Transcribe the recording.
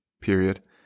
period